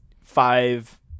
five